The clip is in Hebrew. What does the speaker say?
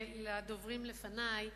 לדוברים לפני.